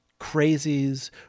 crazies